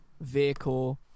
vehicle